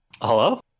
Hello